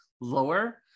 lower